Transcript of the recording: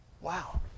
Wow